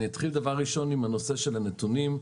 אני אתחיל בנושא של הנתונים.